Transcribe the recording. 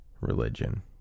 religion